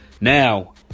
Now